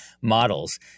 models